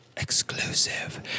exclusive